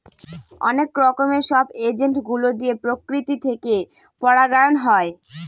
অনেক রকমের সব এজেন্ট গুলো দিয়ে প্রকৃতি থেকে পরাগায়ন হয়